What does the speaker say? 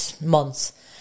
months